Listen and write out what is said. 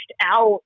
out